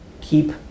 keep